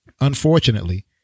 Unfortunately